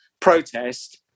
protest